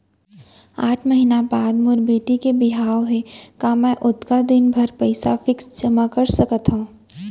आठ महीना बाद मोर बेटी के बिहाव हे का मैं ओतका दिन भर पइसा फिक्स जेमा कर सकथव?